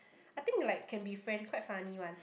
I think like can be friend quite funny one